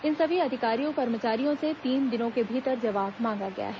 इन सभी अधिकारी कर्मचारियों से तीन दिनों के भीतर जवाब मांगा गया है